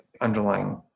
underlying